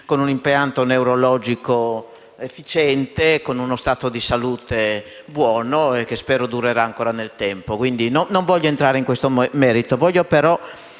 con un impianto neurologico efficiente e uno stato di salute buono, che spero durerà ancora nel tempo. Voglio non entrare in questo merito,